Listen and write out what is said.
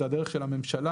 זאת הדרך של הממשלה,